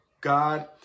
God